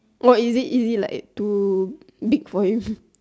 oh is it is it like too big for him